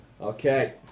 Okay